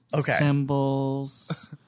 Symbols